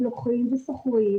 הם שוכרים,